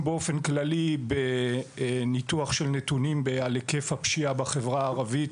באופן כללי בניתוח של נתונים על היקף הפשיעה בחברה הערבית,